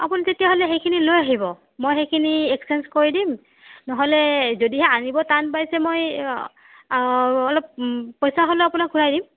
আপুনি তেতিয়াহলে'সেইখিনি লৈয়ে আহিব মই সেইখিনি এক্সেঞ্জ কৰি দিম নহ'লে যদিহে আনিব টান পাইছে মই অলপ পইচা হ'লেও আপোনাক ঘূৰাই দিম